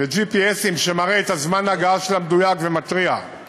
ו-GPS שמראה את זמן ההגעה המדויק ומתריע על